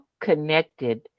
connected